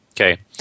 Okay